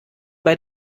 bei